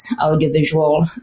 audiovisual